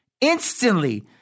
Instantly